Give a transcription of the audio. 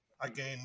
again